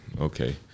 okay